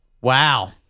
Wow